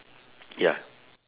ya